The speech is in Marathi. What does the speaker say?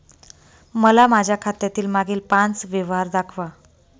मला माझ्या खात्यातील मागील पांच व्यवहार दाखवा